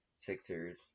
Sixers